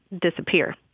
disappear